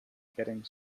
getting